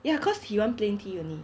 ya cause he want plain tee only